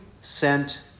sent